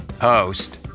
host